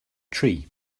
tree